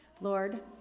Lord